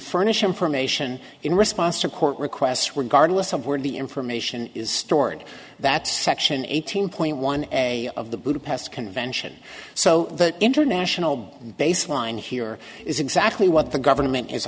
furnish information in response to court requests were gargle somewhere in the information is stored that section eighteen point one a of the budapest convention so the international baseline here is exactly what the government is